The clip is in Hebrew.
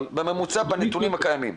אבל בממוצע בנתונים הקיימים?